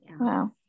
wow